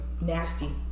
Nasty